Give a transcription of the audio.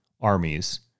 armies